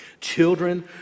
Children